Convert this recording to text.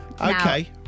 Okay